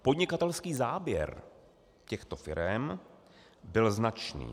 Podnikatelský záběr těchto firem byl značný.